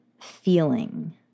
feeling